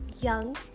young